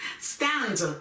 stand